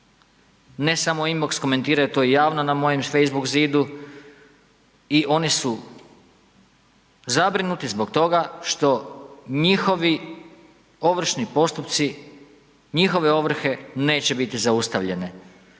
ne samo u inbox komentiraju to javno na mojem facebook zidu i oni su zabrinuti zbog toga što njihovi ovršni postupci, njihove ovrhe neće biti zaustavljene.